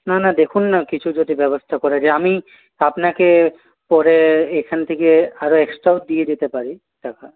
না না দেখুন না কিছু যদি ব্যবস্থা করা যায় আমি আপনাকে পরে এখান থেকে আরও এক্সট্রাও দিয়ে দিতে পারি টাকা